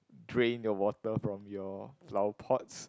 drain your water from your flower pots